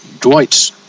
Dwight